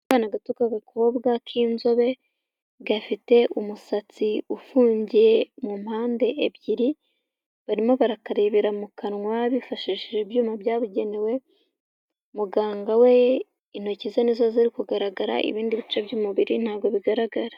Akana gato k'agakobwa k'inzobe; gafite umusatsi ufungiye mu mpande ebyiri; barimo barakarebera mu kanwa bifashishije ibyuma byabugenewe; muganga we intoki ze nizo zari kugaragara ibindi bice by'umubiri ntabwo bigaragara.